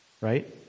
right